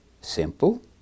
Simple